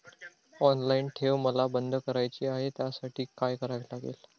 Online ठेव मला बंद करायची आहे, त्यासाठी काय करावे लागेल?